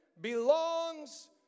belongs